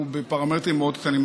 הוא בפרמטרים מאוד קטנים.